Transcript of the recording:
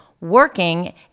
working